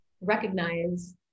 recognize